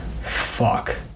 fuck